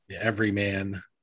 everyman